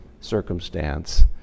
circumstance